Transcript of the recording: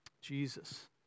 Jesus